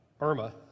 Irma